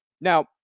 Now